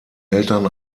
eltern